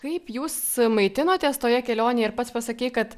kaip jūs maitinotės toje kelionėje ar pats pasakei kad